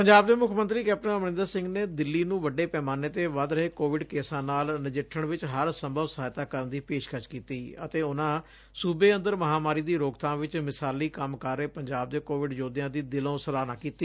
ਪੰਜਾਬ ਦੇ ਮੁੱਖ ਮੰਤਰੀ ਕੈਪਟਨ ਅਮਰਿੰਦਰ ਸਿੰਘ ਨੇ ਦਿੱਲੀ ਨੂੰ ਵੱਡੇ ਪੈਮਾਨੇ ਤੇ ਵੱਧ ਰਹੇ ਕੋਵਿਡ ਕੇਸਾਂ ਨਾਲ ਨਜਿੱਠਣ ਵਿੱਚ ਹਰ ਸੰਭਵ ਸਹਾਇਤਾ ਕਰਨ ਦੀ ਪੇਸ਼ਕਸ ਕੀਤੀ ਅਤੇ ਉਨੁਾਂ ਸੁਬੇ ਔਦਰ ਮਹਾਂਮਾਰੀ ਦੀ ਰੋਕਬਾਮ ਵਿਚ ਮਿਸਾਲੀ ਕੰਮ ਕਰ ਰਹੇ ਪੰਜਾਬ ਦੇ ਕੋਵਿਡ ਯੋਧਿਆਂ ਦੀ ਦਿਲੋਂ ਸਰਾਹਨਾ ਕੀਤੀ